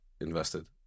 invested